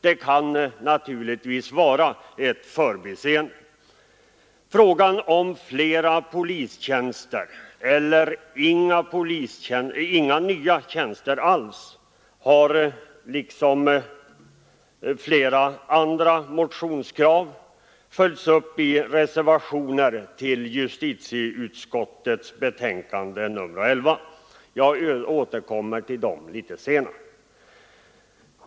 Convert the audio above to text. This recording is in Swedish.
Det kan naturligtvis vara ett förbiseende. Frågan om flera polistjänster eller inga nya tjänster alls har liksom flera andra motionskrav följts upp i reservationer till justitieutskottets betänkande nr 11. Jag återkommer till dem litet senare.